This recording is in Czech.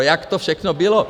Jak to všechno bylo.